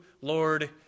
Lord